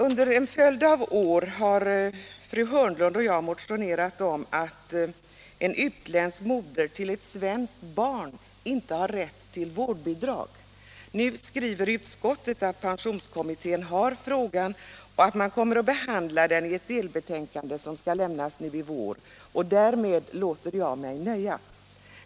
Under en följd av år har fru Hörnlund och jag motionerat om det förhållandet att en utländsk moder till ett svenskt barn inte har rätt till vårdbidrag. Nu skriver utskottet ätt pensionskommittén har att behandla frågan och kommer att göra det i ett delbetänkande som skall lämnas nu i vår. Därmed låter jag mig nöja.